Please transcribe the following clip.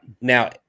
now